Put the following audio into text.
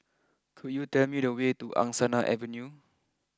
could you tell me the way to Angsana Avenue